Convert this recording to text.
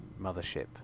mothership